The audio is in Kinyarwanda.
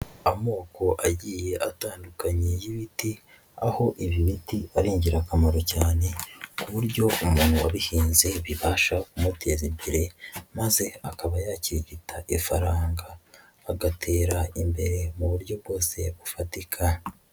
Amoko agiye atandukanye y'ibiti, aho ibi biti ari ingirakamaro cyane ku buryo umuntu wabihinze bibasha kumuteza imbere, maze akaba yakirigita ifaranga agatera imbere mu buryo bwose bufatika.